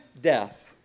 death